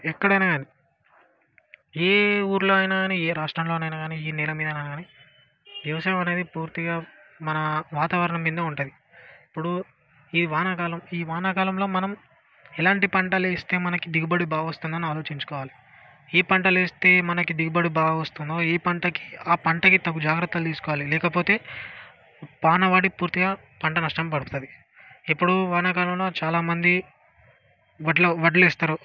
ఎక్కడైనా కానీ ఏ ఊళ్ళో అయినా కానీ ఏ రాష్ట్రంలోనైనా కానీ ఏ నేల మీదైనా కానీ వ్యవసాయం అనేది పూర్తిగా మన వాతావరణం మీదనే ఉంటుంది ఇప్పుడు ఈ వానాకాలం ఈ వానాకాలంలో మనం ఎలాంటి పంటలు వేస్తే మనకి దిగుబడి బాగా వస్తుందని ఆలోచించుకోవాలి ఏ పంటలు వేస్తే మనకి దిగుబడి బాగా వస్తుందో ఏ పంటకి ఆ పంటకి తగు జాగ్రత్తలు తీసుకోవాలి లేకపోతే వాన పడి పూర్తిగా పంట నష్టం పడుతుంది ఇప్పుడు వానాకాలంలో చాలా మంది వడ్లు వడ్లు వేస్తారు